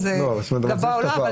אם זה סכום גבוה או לא.